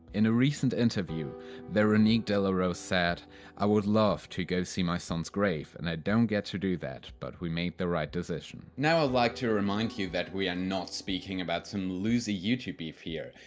in a recent interview veronique de la rosa said i would love to go see my son's grave and i don't get to do that, but we made the right decision now i'd like to remind you that we're not speaking about some loose youtube beef here.